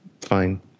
fine